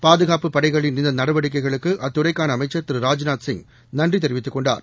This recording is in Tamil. பாதுகாப்புப் படைகளின் இந்த நடவடிக்கைகளுக்கு அத்துறைக்கான அமைச்சர் திரு ராஜ்நாத் சிங் நன்றி தெரிவித்துள்ளார்